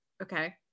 Okay